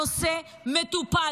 הנושא מטופל,